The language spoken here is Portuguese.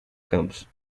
campus